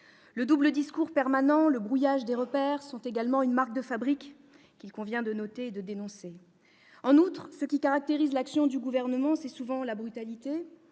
Le double discours permanent et le brouillage des repères sont une marque de fabrique qu'il convient de dénoncer. En outre, ce qui caractérise l'action du Gouvernement, c'est souvent la brutalité